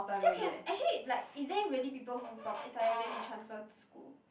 still can actually like is there really people who from S_I_M then they transfer to school